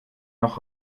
noch